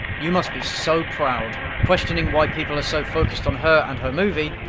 you must be so proud. questioning why people are so focused on her and her movie.